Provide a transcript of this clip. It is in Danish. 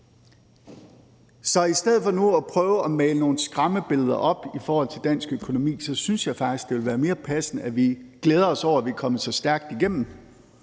Så i stedet for nu at prøve at male nogle skræmmebilleder op i forhold til dansk økonomi synes jeg faktisk, det vil være mere passende, at vi glæder os over, at vi er kommet så stærkt igennem;